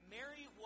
Mary